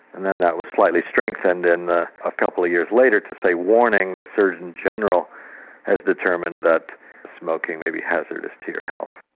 and then that was slightly strengthened and a ah couple of years later to say, warning the surgeon general has determined that smoking may be hazardous to your health.